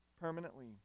permanently